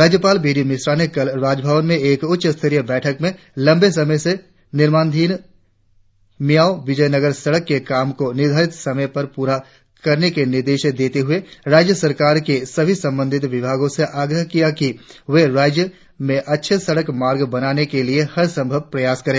राज्यपाल B D Mishra ने कल राजभवन में एक उच्चस्तरीय बैठक में लंबे समय से निर्माणाधिन मेयाओं विजयनगर सड़क के काम को निर्धारित समय में प्ररा करने के निर्देश देते हुए राज्य सरकार के सभी संबंधित विभागों से आग्रह किया कि वे राज्य में अच्छे सड़क मार्ग बनाने के लिए हर संभव प्रयास करें